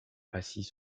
assis